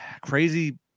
crazy